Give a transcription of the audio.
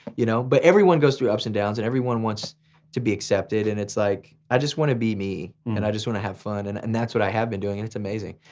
you know but everyone goes through ups and downs and everyone wants to be accepted. and it's like i just wanna be me. and i just wanna have fun, and and that's what i have been doing, and it's amazing.